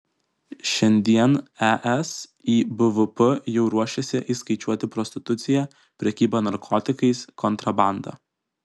šiandien es į bvp jau ruošiasi įskaičiuoti prostituciją prekybą narkotikais kontrabandą